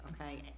okay